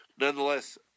Nonetheless